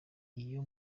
iyo